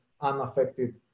unaffected